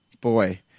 boy